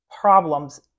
problems